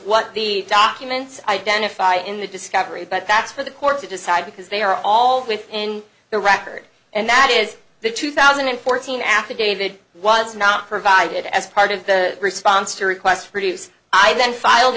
what the documents identify in the discovery but that's for the court to decide because they are all within the record and that is the two thousand and fourteen affidavit was not provided as part of the response to request produce i